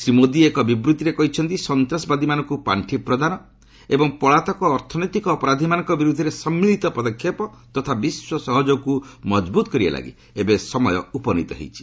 ଶ୍ରୀ ମୋଦି ଏକ ବିବୃତ୍ତିରେ କହିଛନ୍ତି ସନ୍ତାସବାଦୀମାନଙ୍କୁ ପାର୍ଷି ପ୍ରଦାନ ଏବଂ ପଳାତକ ଅର୍ଥନୈତିକ ଅପରାଧୀମାନଙ୍କ ବିରୁଦ୍ଧରେ ସମ୍ମିଳିତ ପଦକ୍ଷେପ ତଥା ବିଶ୍ୱ ସହଯୋଗକୁ ମଜବୁତ କରିବା ଲାଗି ଏବେ ସମୟ ଉପନିତ ହୋଇଛି